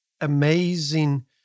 amazing